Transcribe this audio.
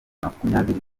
makumyabiri